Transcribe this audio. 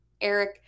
Eric